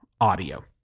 audio